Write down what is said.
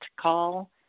call